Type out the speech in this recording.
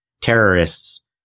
terrorists